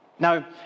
Now